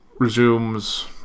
Resumes